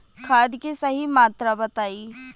खाद के सही मात्रा बताई?